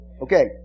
Okay